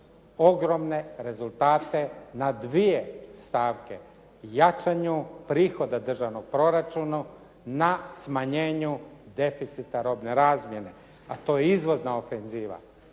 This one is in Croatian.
ogromne rezultate na dvije stavke jačanju prihoda državnom proračunu na smanjenju deficita robne razmjene, a to je izvozna ofenziva.